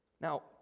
now